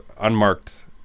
unmarked